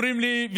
אומרים לי,